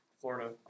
Florida